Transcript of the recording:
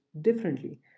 differently